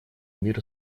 мир